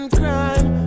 crime